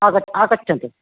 आगच् आगच्छन्तु